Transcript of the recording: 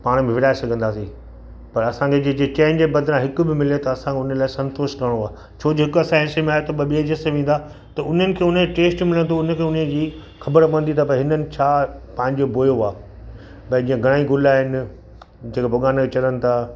पाण में विराए सघंदासीं पर असांखे जे जीअं चइनि जे बदिरां हिकु बि मिले त असां उन लाइ संतोष करिणो आहे छोजो हिकु असांजे हिसे में आहे त ॿ ॿिए जे हिसे में ईंदा त उन्हनि खे उन जो टेस्ट मिलंदो उन में उन जी ख़बर पवंदी त भई हिननि छा पंहिंजो बोयो आहे पंहिंजे घणेई गुल आहिनि जेके भॻिवान ते चड़नि था